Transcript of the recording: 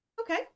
Okay